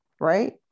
right